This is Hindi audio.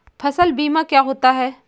फसल बीमा क्या होता है?